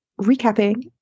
recapping